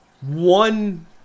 One